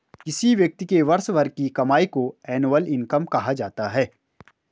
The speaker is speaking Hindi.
किसी व्यक्ति के वर्ष भर की कमाई को एनुअल इनकम कहा जाता है